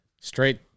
Straight